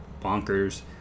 bonkers